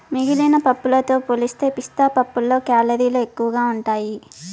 మిగిలిన పప్పులతో పోలిస్తే పిస్తా పప్పులో కేలరీలు ఎక్కువగా ఉంటాయి